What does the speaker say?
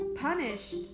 punished